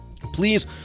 please